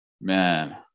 Man